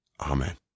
Amen